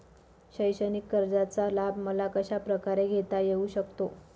शैक्षणिक कर्जाचा लाभ मला कशाप्रकारे घेता येऊ शकतो?